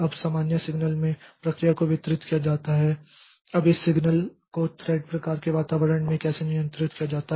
अब सामान्य सिग्नल में प्रक्रिया को वितरित किया जाता है अब इस सिग्नल को थ्रेड प्रकार के वातावरण में कैसे नियंत्रित किया जाता है